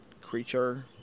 creature